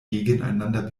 gegeneinander